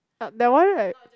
uh that one right